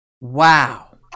Wow